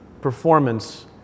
performance